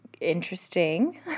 interesting